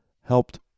helped